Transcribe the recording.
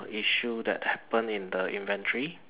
issue that happen in the inventory